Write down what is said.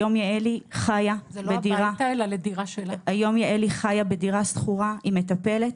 היום יעלי חיה בדירה שכורה, עם מטפלת.